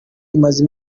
imaze